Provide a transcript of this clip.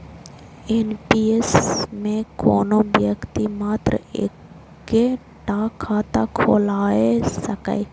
NPS मे कोनो व्यक्ति मात्र एक्के टा खाता खोलाए सकैए